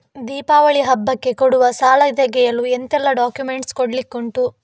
ದೀಪಾವಳಿ ಹಬ್ಬಕ್ಕೆ ಕೊಡುವ ಸಾಲ ತೆಗೆಯಲು ಎಂತೆಲ್ಲಾ ಡಾಕ್ಯುಮೆಂಟ್ಸ್ ಕೊಡ್ಲಿಕುಂಟು?